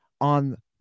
on